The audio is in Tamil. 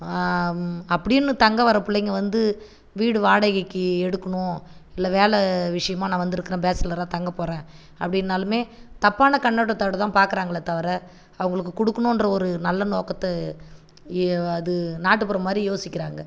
அப்படின்னு தங்க வர பிள்ளைங்க வந்து வீடு வாடகைக்கு எடுக்கணும் இல்லை வேலை விஷியமாக நான் வந்துருக்குறேன் பேச்சுலரா தங்கப் போகறேன் அப்படின்னாலுமே தப்பான கண்ணோட்டத்தோட தான் பார்க்குறாங்களே தவிர அவங்களுக்கு கொடுக்குணுன்ற ஒரு நல்ல நோக்கத்தை நாட்டுப்புறம் மாதிரி யோசிக்கிறாங்க